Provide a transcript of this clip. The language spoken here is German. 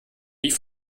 wie